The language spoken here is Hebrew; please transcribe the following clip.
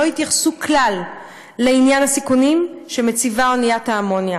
לא התייחסו כלל לעניין הסיכונים שמציבה אוניית האמוניה.